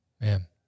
Man